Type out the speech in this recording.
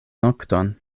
nokton